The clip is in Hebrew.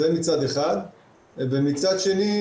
דבר נוסף,